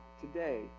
today